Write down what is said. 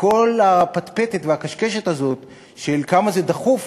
וכל הפטפטת והקשקשת הזאת של כמה דחוף